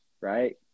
right